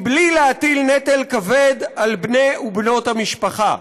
בלי להטיל נטל כבד על בני ובנות המשפחה.